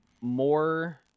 more